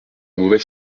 mauvaise